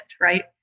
right